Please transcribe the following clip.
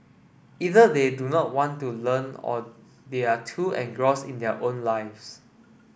either they do not want to learn or they are too engrossed in their own lives